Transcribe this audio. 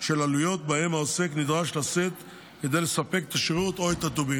העלויות שבהן העוסק נדרש לשאת כדי לספק את השירות או את הטובין.